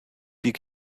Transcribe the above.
die